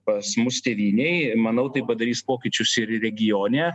pas mus tėvynėj manau tai padarys pokyčius ir regione